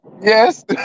Yes